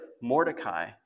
Mordecai